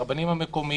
הרבנים המקומיים.